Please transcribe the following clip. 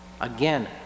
Again